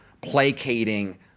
placating